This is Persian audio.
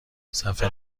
صحفه